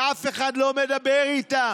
ואף אחד לא מדבר איתם,